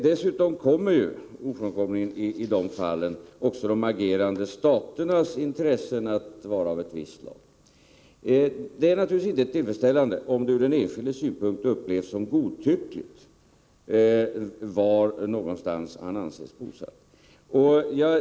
I sådana fall kommer ofrånkomligen också de agerande staternas intresse att vara av ett visst slag. Det är naturligtvis inte tillfredsställande om det från den enskildes synpunkt upplevs som godtyckligt var någonstans han anses vara bosatt.